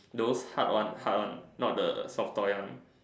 those hard one hard one not the soft toy one